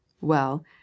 Well